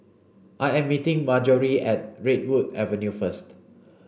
I am meeting Marjorie at Redwood Avenue first